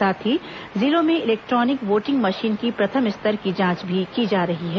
साथ ही जिलों में इलेक्ट्रॉनिक वोटिंग मशीन की प्रथम स्तर की जांच भी की जा रही है